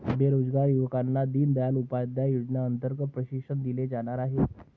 बेरोजगार युवकांना दीनदयाल उपाध्याय योजनेअंतर्गत प्रशिक्षण दिले जाणार आहे